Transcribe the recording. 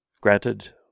Granted